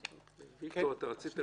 בהסדר.